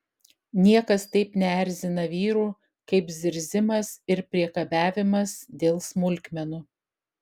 niekas taip neerzina vyrų kaip zirzimas ir priekabiavimas dėl smulkmenų